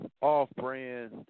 off-brand